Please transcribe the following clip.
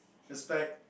he's back